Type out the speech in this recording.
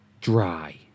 dry